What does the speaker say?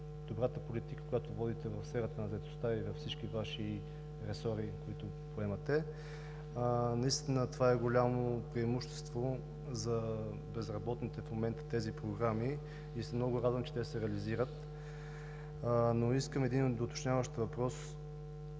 добрата политика, която водите в сферата на заетостта, и за всички Ваши ресори, които поемате. Наистина тези програми са голямо преимущество за безработните в момента и много се радвам, че те се реализират, но искам един доуточняващ въпрос: